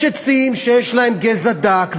יש עצים שיש להם גזע דק,